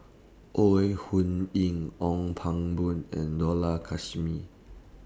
Ore Huiying Ong Pang Boon and Dollah Kassim